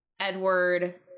Edward